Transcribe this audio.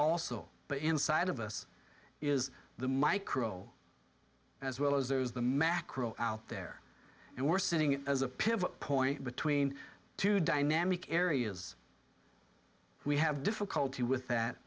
also but inside of us is the micro as well as those the macro out there and we're sitting as a pivot point between two dynamic areas we have difficulty with that